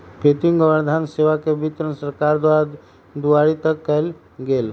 कृतिम गर्भधारण सेवा के वितरण सरकार द्वारा दुआरी तक कएल गेल